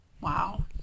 wow